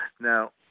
Now